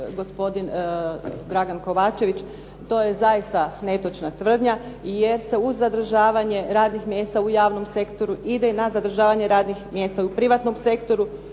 gospodin Dragan Kovačević. To je zaista netočna tvrdnja jer se uz zadržavanje radnih mjesta u javnom sektoru ide i na zadržavanje radnih mjesta i u privatnom sektoru